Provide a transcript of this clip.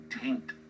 taint